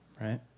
right